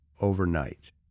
overnight